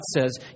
says